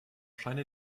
scheine